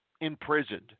imprisoned